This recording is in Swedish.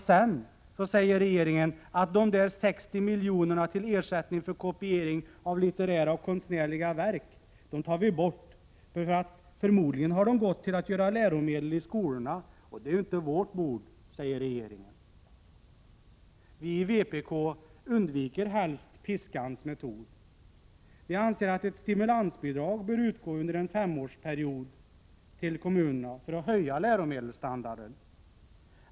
Sedan säger regeringen att den skall ta bort de där 60 miljonerna till ersättning för kopiering av litterära och konstnärliga verk. Regeringen anser att dessa pengar förmodligen har gått till att göra läromedel i skolorna, vilket inte är regeringens bord. Vi i vpk undviker helst piskans metod. Vi anser att ett stimulansbidrag bör utgå under en femårsperiod till kommunerna för att läromedelsstandarden skall höjas.